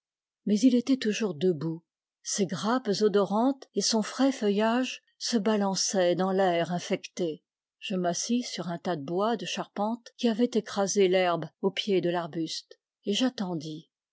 mais il était toujours debout ses grappes odorantes et son frais feuillage se balançaient dans l'air infecté je m'assis sur un tas de bois de charpente qui avait écrasé l'herbe au pied de l'arbuste et j'attendis